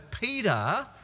Peter